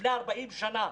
לפני 40 שנה.